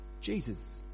Jesus